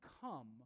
come